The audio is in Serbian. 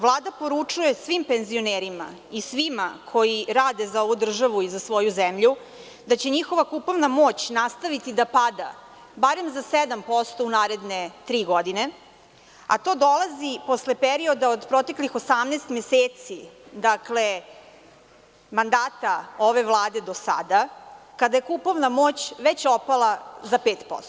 Vlada poručuje svim penzionerima i svima koji rade za ovu državu i za svoju zemlju da će njihova kupovna moć nastaviti dapada barem za 7% u naredne tri godine, a to dolazi posle perioda od proteklih 18 meseci mandata ove Vlade do sada, kada je kupovna moć već opala za 5%